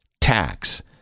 tax